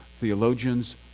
theologians